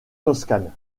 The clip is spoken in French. toscane